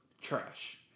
trash